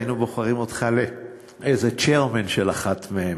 היינו בוחרים אותך לאיזה chairman של אחת מהן,